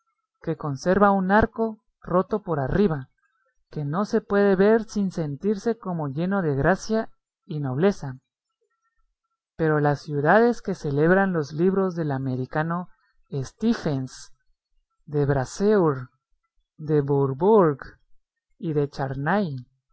que conserva un arco roto por arriba que no se puede ver sin sentirse como lleno de gracia y nobleza pero las ciudades que celebran los libros del americano stephens de brasseur de bourbourg y de charnay